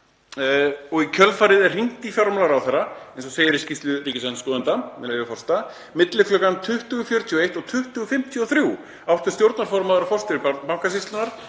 og í kjölfarið er hringt í fjármálaráðherra, eins og segir í skýrslu ríkisendurskoðanda, með leyfi forseta: „Milli kl. 20:41 og 20:53 áttu stjórnarformaður og forstjóri Bankasýslunnar